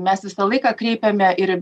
mes visą laiką kreipiame ir